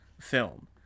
film